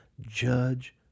judge